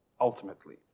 ultimately